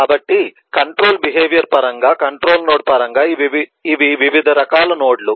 కాబట్టి control behaviour పరంగా control node పరంగా ఇవి వివిధ రకాల నోడ్లు